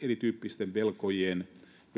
erityyppisten velkojien velvoitteita